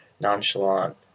nonchalant